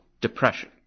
depression